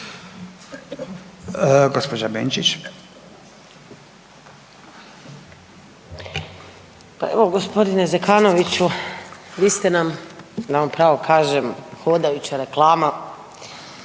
Pa evo gospodine Zekanoviću vi ste nam da vam pravo kažem hodajuća reklama,